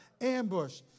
ambush